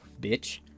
bitch